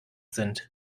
sind